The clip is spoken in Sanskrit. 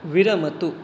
विरमतु